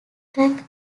strength